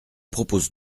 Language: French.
propose